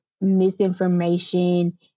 misinformation